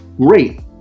great